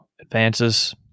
advances